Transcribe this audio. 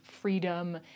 freedom